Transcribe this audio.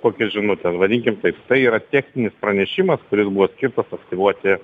kokia žinutė vadinkim taip tai yra techninis pranešimas kuris buvo skirtas aktyvuoti